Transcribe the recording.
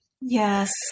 Yes